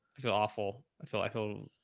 i feel awful. i feel, i feel